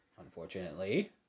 Unfortunately